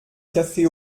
café